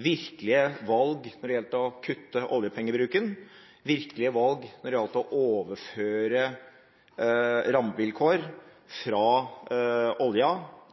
virkelige valg når det gjelder å kutte oljepengebruken, virkelige valg når det gjelder å overføre rammevilkår fra olja